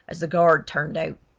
as the guard turned out.